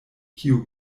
kiu